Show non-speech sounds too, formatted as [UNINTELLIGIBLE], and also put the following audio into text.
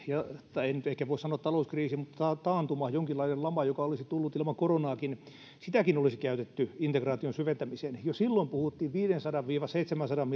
tai ei nyt ehkä voi sanoa että talouskriisiä mutta taantumaa jonkinlaista lamaa joka olisi tullut ilman koronaakin olisi käytetty integraation syventämiseen jo silloin puhuttiin viidensadan viiva seitsemänsadan [UNINTELLIGIBLE]